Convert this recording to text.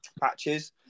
patches